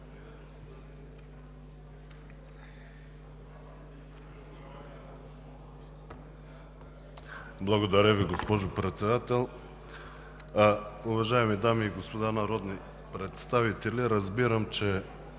Благодаря Ви, господин Председател. Уважаеми дами и господа народни представители! Действително